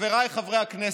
חבריי חברי הכנסת,